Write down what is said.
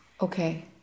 Okay